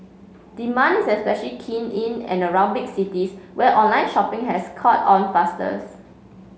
demand is especially keen in and around big cities where online shopping has caught on fastest